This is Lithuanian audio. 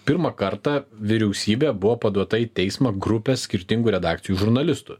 pirmą kartą vyriausybė buvo paduota į teismą grupės skirtingų redakcijų žurnalistų